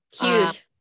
Huge